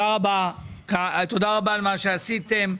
תודה רבה על מה שעשיתם.